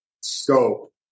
scope